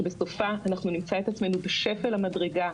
שבסופה אנחנו נמצא את עצמנו בשפל המדרגה,